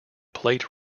plate